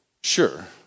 sure